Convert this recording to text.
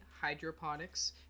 hydroponics